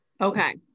Okay